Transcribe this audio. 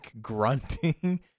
grunting